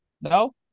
no